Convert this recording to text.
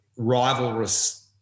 rivalrous